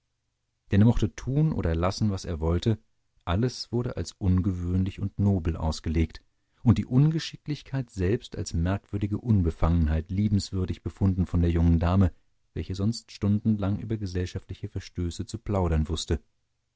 er mochte tun oder lassen was er wollte alles wurde als ungewöhnlich und nobel ausgelegt und die ungeschicklichkeit selbst als merkwürdige unbefangenheit liebenswürdig befunden von der jungen dame welche sonst stundenlang über gesellschaftliche verstöße zu plaudern wußte